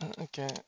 okay